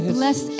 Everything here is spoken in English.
bless